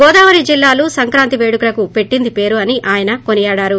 గోదావరి జిల్లాలు సంక్రాంతి వేడుకలకు పెట్టింది పేరు అని ఆయన కొనియాడారు